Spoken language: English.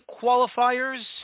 qualifiers